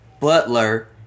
Butler